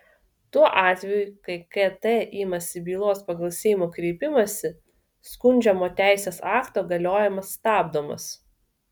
tuo atveju kai kt imasi bylos pagal seimo kreipimąsi skundžiamo teisės akto galiojimas stabdomas